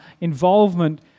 involvement